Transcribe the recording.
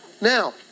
Now